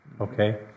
Okay